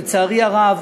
לצערי הרב,